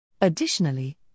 Additionally